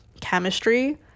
chemistry